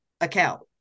account